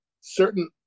certain